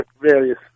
various